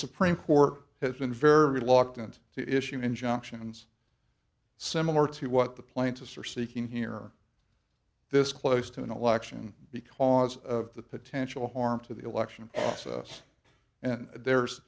supreme court has been very reluctant to issue an injunction and it's similar to what the plaintiffs are seeking here this close to an election because of the potential harm to the election process and there's